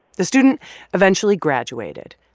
the student eventually graduated.